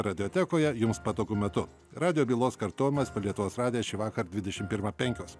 radiotekoje jums patogiu metu radijo bylos kartojamas per lietuvos radiją šįvakar dvidešim pirmą penkios